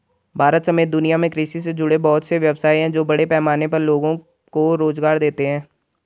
भारत समेत दुनिया में कृषि से जुड़े बहुत से व्यवसाय हैं जो बड़े पैमाने पर लोगो को रोज़गार देते हैं